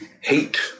Hate